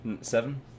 Seven